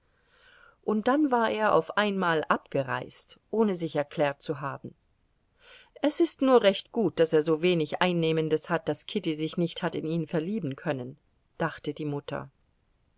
und dann war er auf einmal abgereist ohne sich erklärt zu haben es ist nur recht gut daß er so wenig einnehmendes hat daß kitty sich nicht hat in ihn verlieben können dachte die mutter